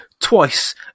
twice